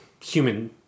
human